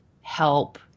help